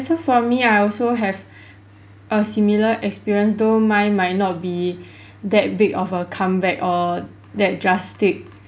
~o that's why for me I also have a similar experience though mine might not be that big of a comeback or that drastic